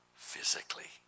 Physically